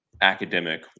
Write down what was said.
academic